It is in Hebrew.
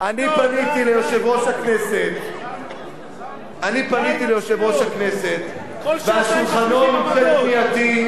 אני פניתי ליושב-ראש הכנסת ועל שולחנו נמצאת פנייתי,